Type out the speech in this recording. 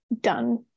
done